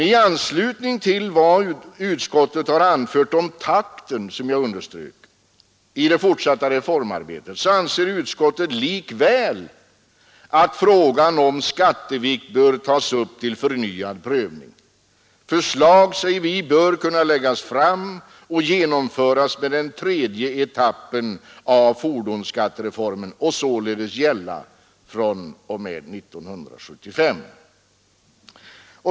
I anslutning till vad utskottet anfört om takten i det fortsatta reformarbetet anser utskottet likväl att frågan om skattevikt bör tas upp till förnyad prövning. Förslag säger vi bör kunna läggas fram och genomföras med den tredje etappen av fordonsskattereformen och således gälla fr.o.m. 1975.